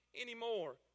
anymore